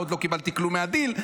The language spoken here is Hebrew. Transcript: עוד לא קיבלתי כלום מהדיל,